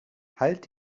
halt